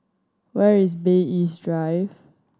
where is Bay East Drive